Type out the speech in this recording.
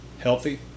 healthy